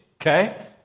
Okay